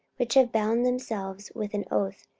which have bound themselves with an oath,